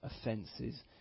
offences